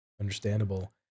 understandable